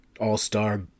All-Star